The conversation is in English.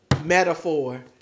Metaphor